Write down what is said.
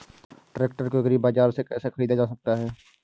Tractor को agri बाजार से कैसे ख़रीदा जा सकता हैं?